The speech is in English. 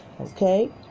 Okay